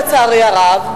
לצערי הרב,